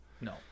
No